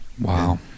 Wow